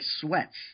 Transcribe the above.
sweats